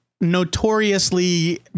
notoriously